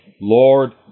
Lord